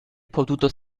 potuto